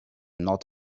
not